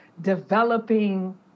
developing